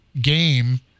game